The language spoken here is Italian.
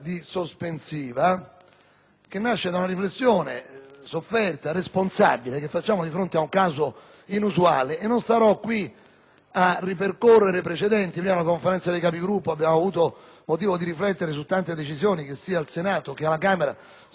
che nasce da una riflessione sofferta e responsabile che facciamo di fronte ad un caso inusuale. Non starò qui a ripercorrere i precedenti. In sede di Conferenza dei Capigruppo abbiamo avuto motivo di riflettere su tante decisioni che, sia al Senato che alla Camera, sono state prese su vicende